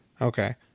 Okay